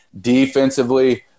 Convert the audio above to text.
defensively